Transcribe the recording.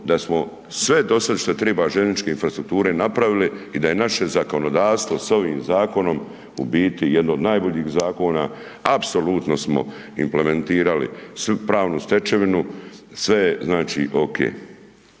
da smo sve dosad šta triba željezničke infrastrukture napravili i da je naše zakonodavstvo s ovim zakonom u biti jedno od najboljih zakona apsolutno smo implementirali pravnu stečevinu, sve je znači OK,